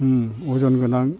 अजन गोनां